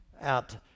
out